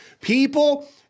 People